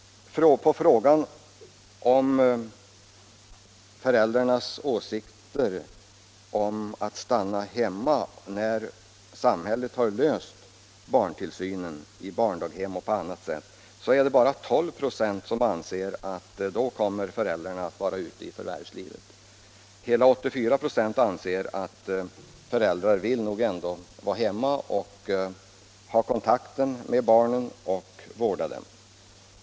På frågan om att stanna hemma när samhället har löst problemet med barntillsynen i barndaghem och på annat sätt är det bara 12 96 som anser att föräldrarna då kommer att vara ute i förvärvslivet. Hela 84 96 anser att föräldrar nog ändå vill vara hemma och ha kontakt med barnen och vårda dem.